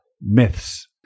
myths